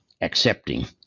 accepting